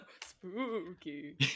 Spooky